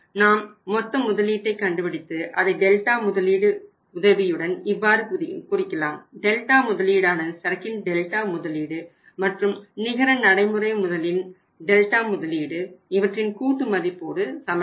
நாம் மொத்த முதலீட்டை கண்டுபிடித்து அதை டெல்டா முதலீடு மற்றும் நிகர நடைமுறை முதலின் டெல்டா முதலீடு இவற்றின் கூட்டு மதிப்போடு சமன்படும்